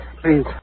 please